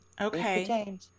Okay